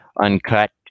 Uncut